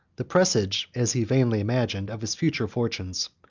the presage, as he vainly imagined, of his future fortunes.